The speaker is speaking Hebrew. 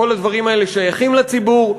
כל הדברים האלה שייכים לציבור,